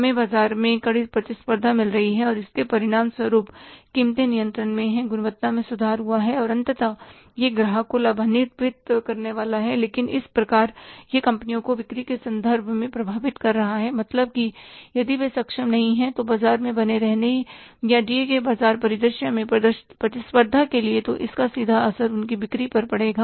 हमें बाजार में कड़ी प्रतिस्पर्धा मिली है और इसके परिणामस्वरूप कीमतें नियंत्रण में हैं गुणवत्ता में सुधार हुआ है और अंतत यह ग्राहक को लाभान्वित करने वाला है लेकिन इस प्रकार यह कंपनियों को बिक्री के संदर्भ में प्रभावित कर रहा है मतलब कि यदि वे सक्षम नहीं हैं बाजार में बने रहने या दिए गए बाजार परिदृश्य में प्रतिस्पर्धा के लिए तो इसका सीधा असर उनकी बिक्री पर पड़ेगा